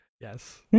Yes